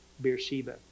Beersheba